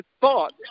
thought